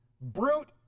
Brute